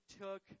took